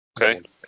Okay